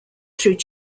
through